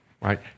right